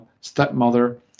stepmother